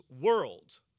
world